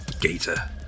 Gator